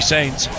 Saints